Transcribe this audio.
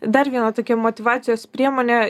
dar viena tokia motyvacijos priemonė